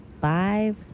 five